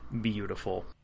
beautiful